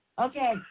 Okay